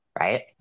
right